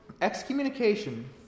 excommunication